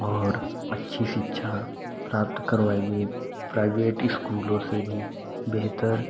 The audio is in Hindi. और अच्छी शिक्षा प्राप्त करवाइए प्राइवेट स्कूलों से भी बेहतर